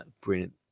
Brilliant